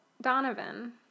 Donovan